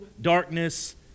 darkness